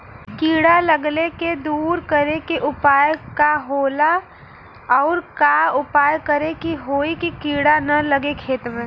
कीड़ा लगले के दूर करे के उपाय का होला और और का उपाय करें कि होयी की कीड़ा न लगे खेत मे?